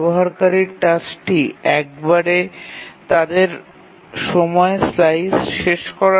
ব্যবহারকারীর টাস্কটি সময়ের অংশটিকে একবারে সম্পূর্ণ করে